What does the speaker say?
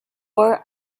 four